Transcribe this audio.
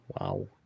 Wow